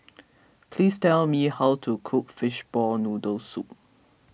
please tell me how to cook Fishball Noodle Soup